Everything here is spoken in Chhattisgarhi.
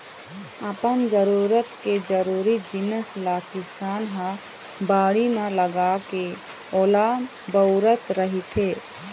अपन जरूरत के जरुरी जिनिस ल किसान ह बाड़ी म लगाके ओला बउरत रहिथे